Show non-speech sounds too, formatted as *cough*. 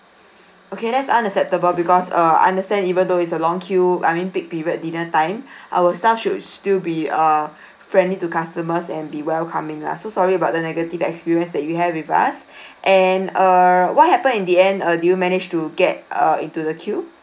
okay that's unacceptable because uh understand even though is a long queue I mean peak period dinner time *breath* our staff should still be err *breath* friendly to customers and be welcoming lah so sorry about the negative experience that you have with us *breath* and err what happened in the end uh do you manage to get uh into the queue